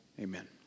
Amen